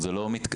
זה לא מתקדם.